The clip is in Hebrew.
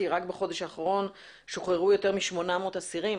רק בחודש האחרון שוחררו יותר מ-800 אסירים